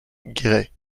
guéret